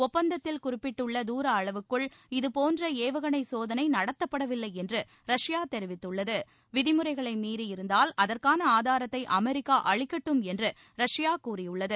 ஒப்பந்தத்தில் குறிப்பிட்டுள்ள தூர அளவுக்குள் இத்போன்ற ஏவுகனை சோதனை நடத்தப்படவில்லை என்று ரஷ்யா தெரிவித்துள்ளது விதிமுறைகளை மீறி இருந்தால் அதற்கான ஆதாரத்தை அமெரிக்கா அளிக்கட்டும் என்று ரஷ்யா கூறியுள்ளது